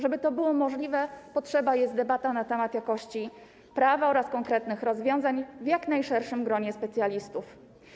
Żeby to było możliwe, potrzebna jest debata na temat jakości prawa oraz konkretnych rozwiązań w jak najszerszym gronie specjalistów.